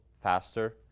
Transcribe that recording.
faster